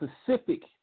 specific